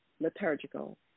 Liturgical